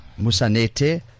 Musanete